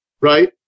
Right